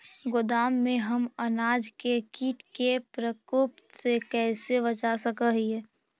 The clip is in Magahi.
गोदाम में हम अनाज के किट के प्रकोप से कैसे बचा सक हिय?